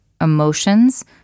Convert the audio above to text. emotions